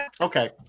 Okay